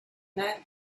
that